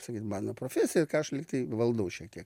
sakyt mano profesija ką aš lygtai valdau šiek tiek